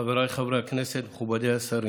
חבריי חברי הכנסת, מכובדיי השרים,